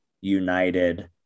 United